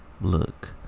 look